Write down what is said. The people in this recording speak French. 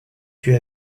fut